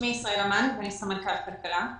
שמי ישראלה מני, ואני סמנכ"לית כלכלה.